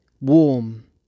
warm